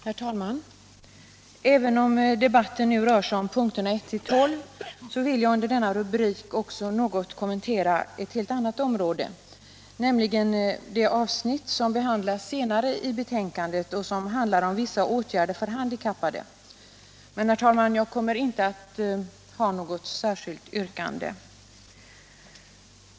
Herr talman! Även om debatten nu rör sig om punkterna 1-12 vill jag under denna rubrik något kommentera ett helt annat område, nämligen det avsnitt som behandlas senare i betänkandet och som gäller vissa åtgärder för handikappade. Jag kommer dock inte att ha något särskilt yrkande.